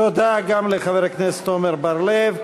תודה גם לחבר הכנסת עמר בר-לב.